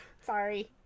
sorry